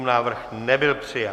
Návrh nebyl přijat.